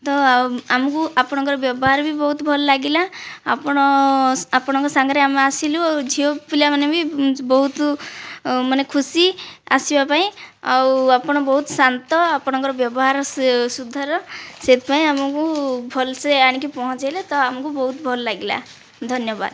ତ ଆମକୁ ଆପଣଙ୍କର ବ୍ୟବହାର ବି ବହୁତ ଭଲ ଲାଗିଲା ଆପଣ ଆପଣଙ୍କ ସାଙ୍ଗରେ ଆମେ ଆସିଲୁ ଆଉ ଝିଅ ପିଲାମାନେ ବି ବହୁତ ମାନେ ଖୁସି ଆସିବା ପାଇଁ ଆଉ ଆପଣ ବହୁତ ଶାନ୍ତ ଆପଣଙ୍କର ବ୍ୟବହାର ସୁଧାର ସେଇଥିପାଇଁ ଆମକୁ ଭଲସେ ଆଣିକି ପହୁଞ୍ଚାଇଲେ ତ ଆମକୁ ବହୁତ ଭଲ ଲାଗିଲା ଧନ୍ୟବାଦ